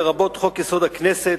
לרבות חוק-יסוד: הכנסת,